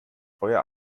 euer